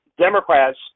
Democrats